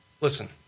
listen